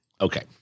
Okay